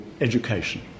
education